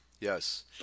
yes